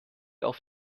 auf